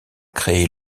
créé